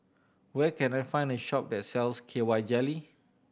where can I find a shop that sells K Y Jelly